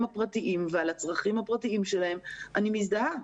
הפרטיים ועל הצרכים הפרטיים שלהם ואני מזדהה.